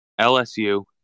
LSU